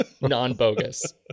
non-bogus